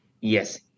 yes